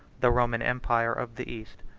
the roman empire of the east.